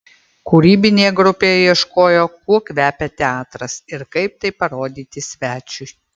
kūrybinė grupė ieškojo kuo kvepia teatras ir kaip tai parodyti svečiui